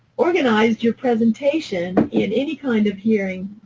organized your presentation in any kind of hearing,